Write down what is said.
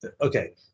okay